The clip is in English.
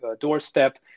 doorstep